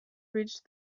reached